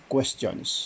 Questions